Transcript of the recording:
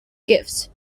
gifts